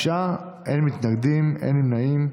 בעד, תשעה, אין מתנגדים, אין נמנעים.